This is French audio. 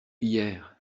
hier